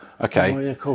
okay